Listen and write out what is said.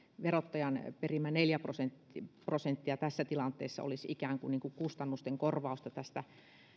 verottajan perimä neljä prosenttia prosenttia tässä tilanteessa olisi ikään kuin kustannusten korvausta tästä